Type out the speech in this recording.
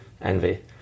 envy